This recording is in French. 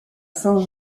saint